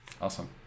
Awesome